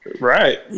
Right